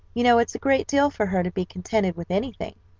you know it's a great deal for her to be contented with anything.